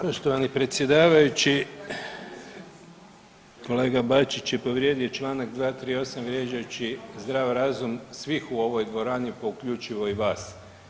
Poštovani predsjedavajući kolega Bačić je povrijedio Članak 238. vrijeđajući zdrav razum svih u ovoj dvorani pa uključivo i vas.